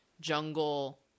jungle